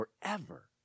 forever